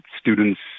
students